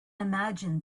imagine